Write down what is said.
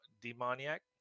demoniac